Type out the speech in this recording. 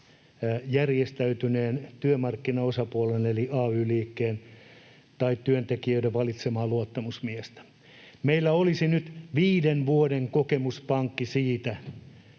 järjestäytyneen työmarkkinaosapuolen eli ay-liikkeen tai työntekijöiden valitsemaa luottamusmiestä. Meillä olisi nyt viiden vuoden kokemuspankki siitä,